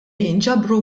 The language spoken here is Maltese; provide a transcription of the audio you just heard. jinġabru